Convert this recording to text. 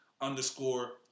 underscore